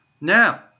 Now